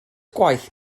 gwaith